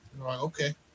okay